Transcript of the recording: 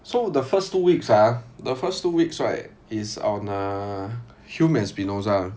so the first two weeks ah the first two weeks right is on uh hume and spinoza